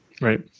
Right